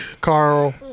Carl